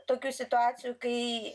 tokių situacijų kai